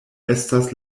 estas